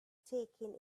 taking